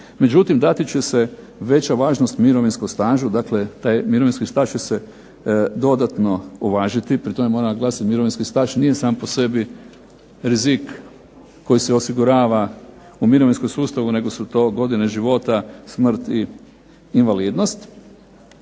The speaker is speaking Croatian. međutim dati će se veća važnost mirovinskom stažu. Dakle, taj mirovinski staž će se dodatno uvažiti. I pri tome moram naglasiti mirovinski staž nije sam po sebi rizik koji se osigurava u mirovinskom sustavu nego su to godine života, smrt i invalidnost.